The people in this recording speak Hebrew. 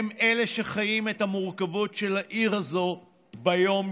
הם שחיים את המורכבות של העיר הזו ביום-יום.